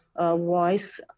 voice